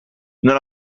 non